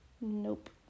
Nope